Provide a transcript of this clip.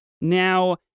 now